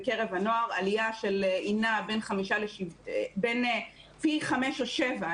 בקרב הנוער, עלייה שנעה בין פי חמש או שבע.